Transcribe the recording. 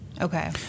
Okay